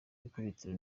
ikubitiro